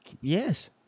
Yes